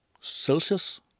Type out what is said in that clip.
celsius